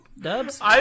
Dubs